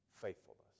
faithfulness